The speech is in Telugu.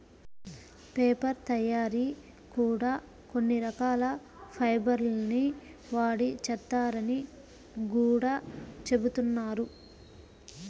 పేపర్ తయ్యారీ కూడా కొన్ని రకాల ఫైబర్ ల్ని వాడి చేత్తారని గూడా జెబుతున్నారు